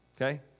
Okay